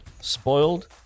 Spoiled